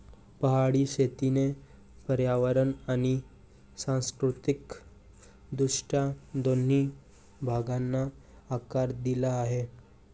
पहाडी शेतीने पर्यावरण आणि सांस्कृतिक दृष्ट्या दोन्ही भागांना आकार दिला आहे